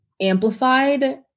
amplified